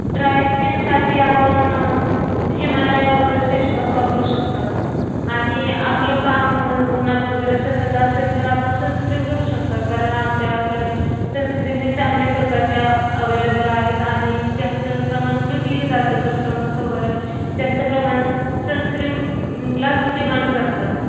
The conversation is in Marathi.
ड्राय स्किनसाठी आपण हिमालया वगैरे फेशवॉश वापरू शकतात आणि आपलं काम उन्हात वगैरे सतत असेल तर आपण सनस्क्रीम घेऊ शकतात कारण आमच्याकडे सनस्क्रीम हे चांगल्या प्रकारच्या अवेलेबल आहेत आणि जास्त प्रमाणात विकलीही जाते कस्टमर्स वगैरे जास्त प्रमाणात सनस्क्रीमलाच डिमांड करतात